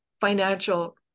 financial